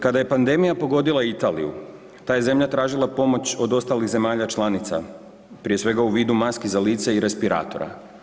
Kada je pandemija pogodila Italiju ta je zemlja tražila pomoć od ostalih zemalja članica prije svega u vidu maski za lice i respiratora.